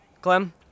Clem